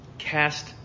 Cast